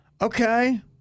okay